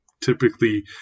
typically